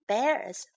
Bears